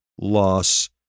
loss